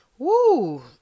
Woo